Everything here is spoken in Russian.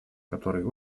который